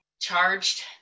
charged